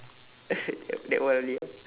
that one only ah